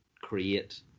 create